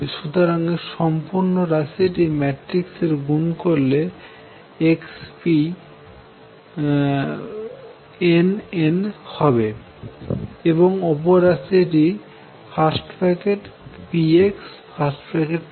সুতরাং এই সম্পূর্ণ রাশিটি ম্যাট্রিক্সের গুণ করলে nn হবে এবং অপর রাশিটি nn হবে